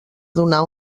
donar